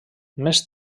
més